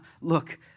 look